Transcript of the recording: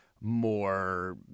more